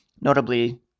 notably